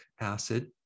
acid